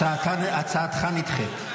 הצעתך נדחית.